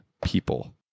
people